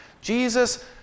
Jesus